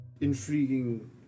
intriguing